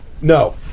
No